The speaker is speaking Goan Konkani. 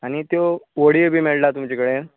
आनी त्यो वोडयो बी मेळटा तुमचे कडेन